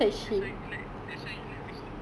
that's why you like that's why you like vegetable